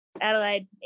adelaide